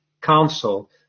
council